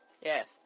Yes